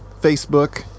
Facebook